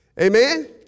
Amen